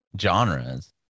genres